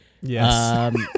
yes